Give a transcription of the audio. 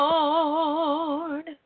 Lord